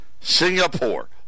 Singapore